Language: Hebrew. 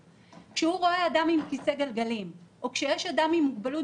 כשהנהג רואה אדם עם כיסא גלגלים או כשיש אדם עם מוגבלות